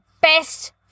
best